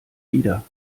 wieder